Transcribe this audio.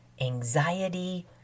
anxiety